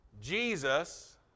Jesus